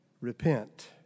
repent